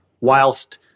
whilst